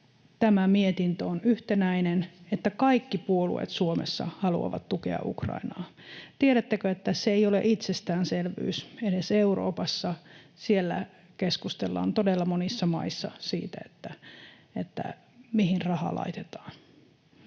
tämä mietintö on yhtenäinen, että kaikki puolueet Suomessa haluavat tukea Ukrainaa. Tiedättekö, että se ei ole itsestäänselvyys edes Euroopassa? Todella monissa maissa keskustellaan siitä, mihin raha laitetaan.